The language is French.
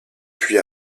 puis